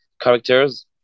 characters